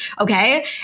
okay